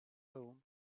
home